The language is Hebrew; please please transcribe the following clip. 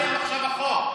נפל עליהם עכשיו החוק.